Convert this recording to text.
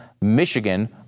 Michigan